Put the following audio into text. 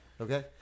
Okay